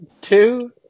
two